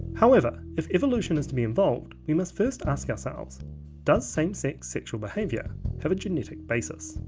however, if evolution is to be involved we must first ask ourselves does same-sex sexual behavior have a genetic basis?